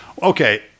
Okay